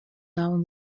down